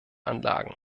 anlagen